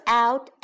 out